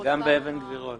גם באבן גבירול.